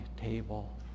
table